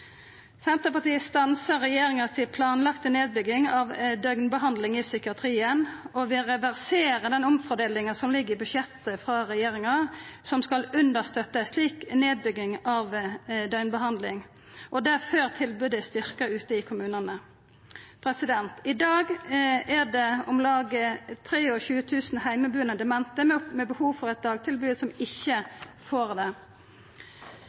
Senterpartiet stansar regjeringa si planlagde nedbygging av døgnbehandling i psykiatrien, og vi reverserer den omfordelinga som ligg i budsjettet frå regjeringa, som skal understøtta ei slik nedbygging av døgnbehandling, og det før tilbodet er styrkt ute i kommunane. I dag er det om lag 23 000 heimebuande demente med behov for eit dagtilbod, som ikkje får det.